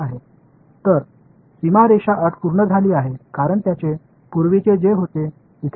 எனவே பௌண்டரி கண்டிஷன்ஸ்கள் திருப்தியடைகின்றன அவற்றின் முந்தையது இப்போது இருந்தது